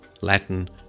Latin